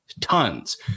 tons